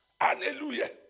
Hallelujah